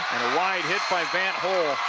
wide hit by van't hul.